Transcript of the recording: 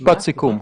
משפט סיכום.